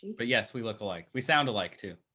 but yes, we look alike. we sound alike, too.